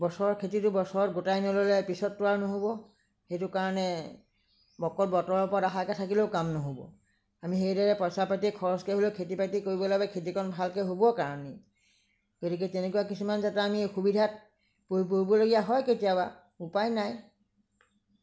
বছৰৰ খেতিটো বছৰত গোটাই নল'লে পিছততো আৰু নহ'ব সেইটো কাৰণে অকল বতৰৰ ওপৰত আশা কৰি থাকিলেও নহ'ব আমি সেইদৰে পইচা পাতি খৰচ কৰি হ'লেও খেতি বাতি কৰিব লাগে খেতিকণ ভালদৰে হ'বৰ কাৰণে গতিকে তেনেকুৱা কিছুমান যাতে আমি অসুবিধাত পৰিবলগীয়া হয় কেতিয়াবা উপাই নাই